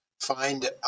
find